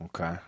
Okay